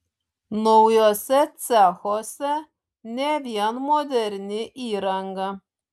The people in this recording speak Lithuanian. naujuose cechuose ne vien moderni įranga